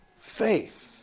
faith